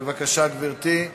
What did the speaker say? בבקשה, גברתי.